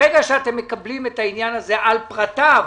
ברגע שאתם מקבלים את העניין הזה על פרטיו,